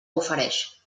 ofereix